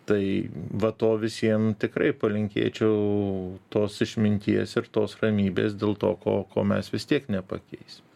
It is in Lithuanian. tai va to visiem tikrai palinkėčiau tos išminties ir tos ramybės dėl to ko ko mes vis tiek nepakeisim